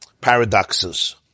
paradoxes